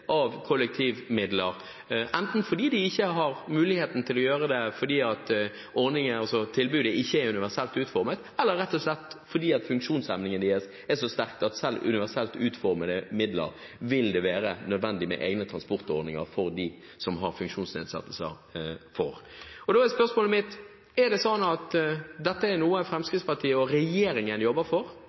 av kollektivmidler, enten fordi de ikke har muligheten til å gjøre det fordi tilbudet ikke er universelt utformet, eller rett og slett fordi funksjonshemningen deres er så sterk at selv med universelt utformede midler vil det være nødvendig med egne transportordninger for dem som har funksjonsnedsettelser. Da er spørsmålet mitt: Er det sånn at dette er noe Fremskrittspartiet og regjeringen jobber for